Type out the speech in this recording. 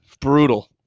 brutal